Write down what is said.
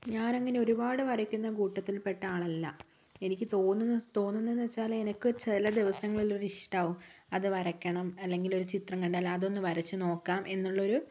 ഞാനങ്ങനെ ഒരുപാട് വരയ്ക്കുന്ന കൂട്ടത്തിൽ പെട്ട ആളല്ല എനിക്ക് തോന്നുന്ന് വെച്ചാല് എനക്ക് ചില ദിവസങ്ങളിലൊരിഷ്ടാകും അത് വരയ്ക്കണം അല്ലെങ്കിൽ ഒരു ചിത്രം കണ്ടാൽ അതൊന്ന് വരച്ച് നോക്കാം എന്നുള്ളൊരു